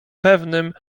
pewnym